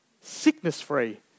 Sickness-free